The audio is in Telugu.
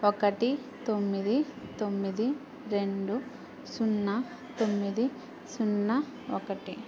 ఒకటి తొమ్మిది తొమ్మిది రెండు సున్నా తొమ్మిది సున్నా ఒకటి